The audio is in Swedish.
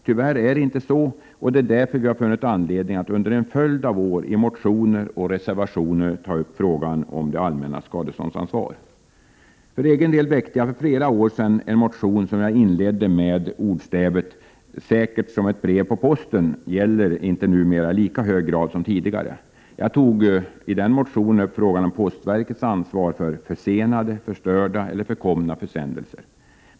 Det är tyvärr inte så. Därför har vi funnit anledning att under en följd av år i motioner och reservationer ta upp frågan om det allmännas skadeståndsansvar. För egen del väckte jag för flera år sedan en motion, som jag inledde med att skriva att ordstävet ”säkert som ett brev på posten” inte numera gäller i lika hög grad som tidigare. Jag tog i motionen upp frågan om postverkets ansvar för försenade, förstörda eller förkomna försändelser.